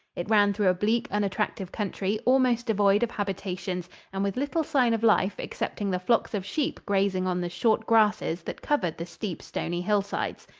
it ran through a bleak, unattractive country almost devoid of habitations and with little sign of life excepting the flocks of sheep grazing on the short grasses that covered the steep, stony hillsides.